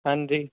ਹਾਂਜੀ